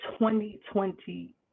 2020